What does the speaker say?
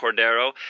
Cordero